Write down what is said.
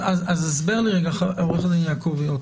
אז הסבר לי עוד פעם, עורך הדין יעקבי.